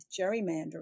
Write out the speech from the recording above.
gerrymandering